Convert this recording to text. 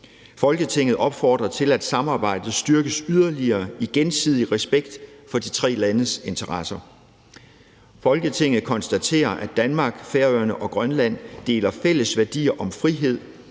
Folketinget opfordrer til, at samarbejdet styrkes yderligere i gensidig respekt for de tre landes interesser. Folketinget konstaterer, at Danmark, Færøerne og Grønland deler fælles værdier om frihed